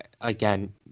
again